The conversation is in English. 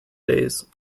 days